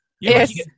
yes